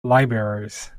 libraries